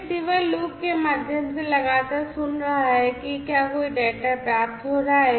यह receiver loop के माध्यम से लगातार सुन रहा है कि क्या कोई डेटा प्राप्त हो रहा है